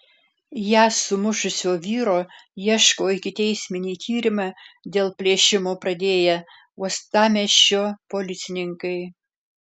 ją sumušusio vyro ieško ikiteisminį tyrimą dėl plėšimo pradėję uostamiesčio policininkai